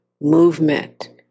movement